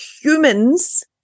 humans